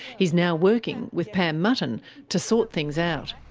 he's now working with pam mutton to sort things out.